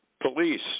police